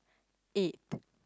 eight